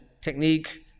technique